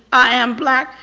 i am black.